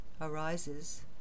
arises